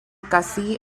kasih